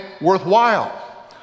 worthwhile